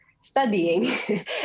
studying